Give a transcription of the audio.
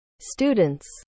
students